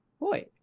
boy